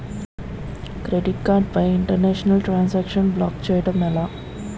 Credit card పై international transaction block చేయటం ఎలా?